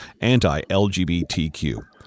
anti-LGBTQ